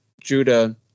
judah